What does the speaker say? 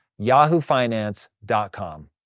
yahoofinance.com